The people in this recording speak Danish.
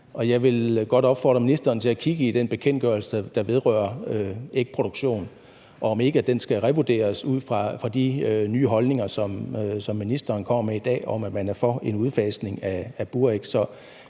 Jeg vil godt opfordre ministeren til at kigge i den bekendtgørelse, der vedrører ægproduktion, og overveje, om den ikke skal revurderes ud fra de nye holdninger, som ministeren kommer med i dag, om, at man er for en udfasning af buræg.